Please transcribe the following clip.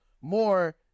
more